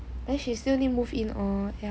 then she still need move in oh ya